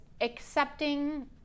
accepting